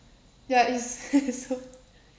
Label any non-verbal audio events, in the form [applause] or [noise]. ya it's [laughs] so